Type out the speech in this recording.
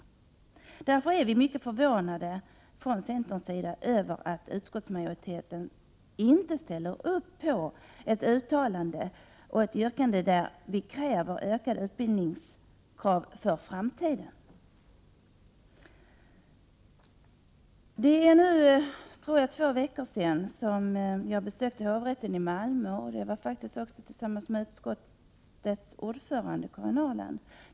Därför är vi från centerns sida mycket förvånade över att utskottsmajoriteten inte ställer upp på ett uttalande, där vi kräver ökad utbildning inför framtiden. Det är nu två veckor sedan jag besökte hovrätten i Malmö tillsammans med utskottets ordförande Karin Ahrland.